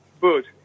good